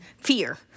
fear